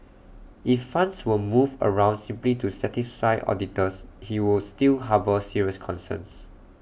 if funds were moved around simply to satisfy auditors he would still harbour serious concerns